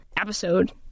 episode